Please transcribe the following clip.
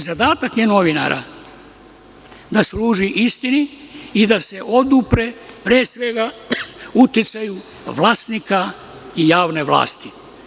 Zadatak je novinara da služe istini i da se odupre, pre svega uticaju vlasnika i javne vlasti.